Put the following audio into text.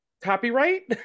copyright